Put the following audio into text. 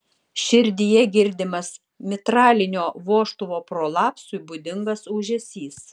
širdyje girdimas mitralinio vožtuvo prolapsui būdingas ūžesys